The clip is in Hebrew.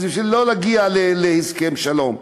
בשביל לא להגיע להסכם שלום.